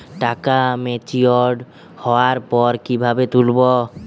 টাকা ম্যাচিওর্ড হওয়ার পর কিভাবে তুলব?